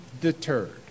deterred